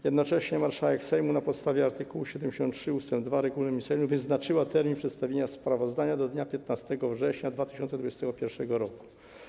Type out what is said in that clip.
Jednocześnie marszałek Sejmu na podstawie art. 73 ust. 2 regulaminu Sejmu wyznaczyła termin przedstawienia sprawozdania do dnia 15 września 2021 roku.